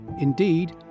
Indeed